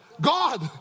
God